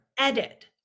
edit